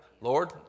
Lord